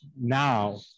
now